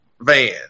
van